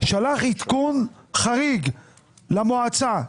שלח עדכון חריג למועצה.